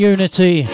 Unity